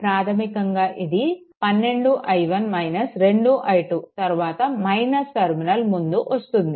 ప్రాధమికంగా ఇది 12i1 2i2 తరువాత - టర్మినల్ ముందు వస్తుంది